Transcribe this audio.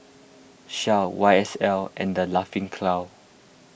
Shell Y S L and the Laughing Cow